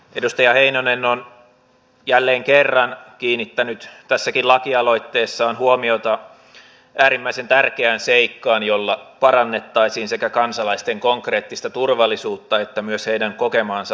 edustaja heinonen on jälleen kerran kiinnittänyt tässäkin lakialoitteessaan huomiota äärimmäisen tärkeään seikkaan jolla parannettaisiin sekä kansalaisten konkreettista turvallisuutta että myös heidän kokemaansa turvallisuudentunnetta